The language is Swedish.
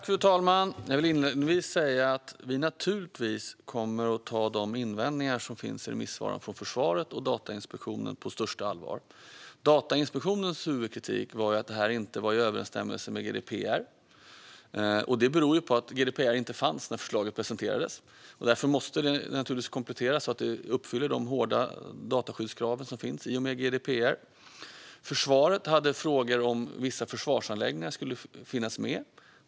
Fru talman! Jag vill inledningsvis säga att vi naturligtvis kommer att ta de invändningar som finns i remissvaren från försvaret och Datainspektionen på största allvar. Datainspektionens huvudkritik var att förslaget inte var i överensstämmelse med GDPR. Det beror på att GDPR inte fanns när förslaget presenterades. Därför måste förslaget kompletteras så att det uppfyller de hårda dataskyddskrav som nu finns i och med GDPR. Försvaret hade frågor om vissa försvarsanläggningar skulle finnas med.